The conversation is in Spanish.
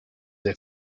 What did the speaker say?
the